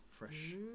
Fresh